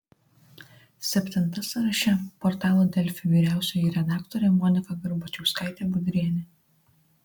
septinta sąraše portalo delfi vyriausioji redaktorė monika garbačiauskaitė budrienė